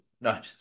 No